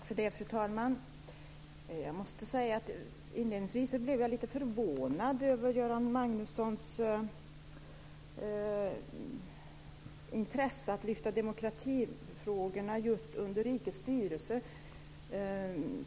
Fru talman! Inledningsvis blev jag lite förvånad över Göran Magnussons intresse för att lyfta fram demokratifrågorna just under avsnittet Rikets styrelse.